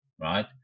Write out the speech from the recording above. right